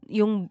yung